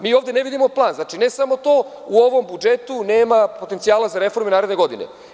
Mi ovde ne vidimo plan, znači, ne samo to u ovom budžetu nema potencijala za reforme naredne godine.